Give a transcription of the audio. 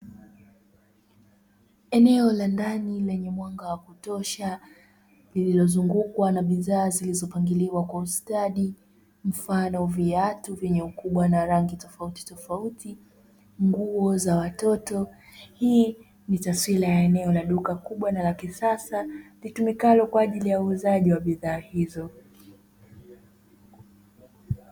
Eneo la ndani lenye mwanga wa kutosha lililozungukwa na bidhaa zilizopangiliwa kwa ustadi, mfano viatu vyenye ukubwa na rangi tofautitofauti, nguo za watoto. Hii ni taswira ya eneo la duka kubwa na la kisasa litumikalo kwa ajili ya uuzaji wa bidhaa hizo.